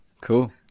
Cool